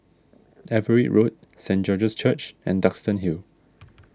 Everitt Road Saint George's Church and Duxton Hill